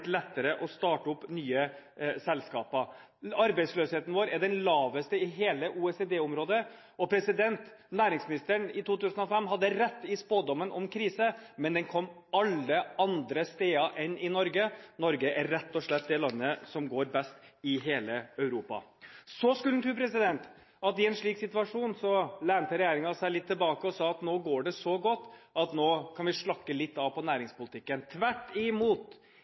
lettere å starte opp nye selskaper. Arbeidsløsheten vår er den laveste i hele OECD-området. Næringsministeren hadde i 2005 rett i spådommen om krise, men den kom alle andre steder enn i Norge. Norge er rett og slett det landet som går best i hele Europa. Så skulle en tro at i en slik situasjon lente regjeringen seg litt tilbake og sa at nå går det så godt at nå kan vi slakke litt av på næringspolitikken. Tvert imot: